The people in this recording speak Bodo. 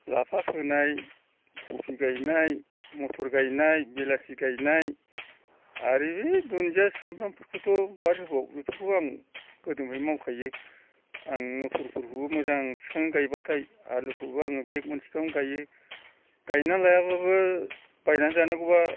लाफा फोनाय कबि गायनाय मथर गायनाय बिलाथि गायनाय आरो बै दुन्दिया सामब्रामफोरखौथ' बाद होबाव बेफोरखौ आं गोदोनिफ्रायनो मावखायो आं मथरफोरखौबो मोजां बिफां गायबाथाय आलुखौबो आङो बेग मोनसे गाहाम गायो गायनानै लायाबाबो बायनानै जानांगौबा